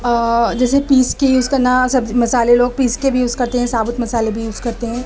اور جیسے پیس کے یوز کرنا مصالحے لوگ پیس کے بھی یوز کرتے ہیں ثابت مصالحے بھی یوز کرتے ہیں